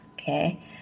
okay